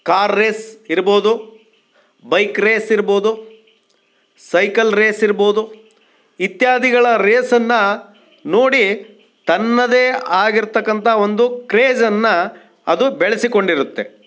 car race ಇರ್ಬೋದು bike race ಇರ್ಬೋದು cycle race ಇರ್ಬೋದು ಇತ್ಯಾದಿಗಳ ರೇಸನ್ನು ನೋಡಿ ತನ್ನದೇ ಆಗಿರತಕ್ಕಂಥ ಒಂದು ಕ್ರೇಝನ್ನು ಅದು ಬೆಳೆಸಿಕೊಂಡಿರುತ್ತೆ